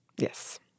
Yes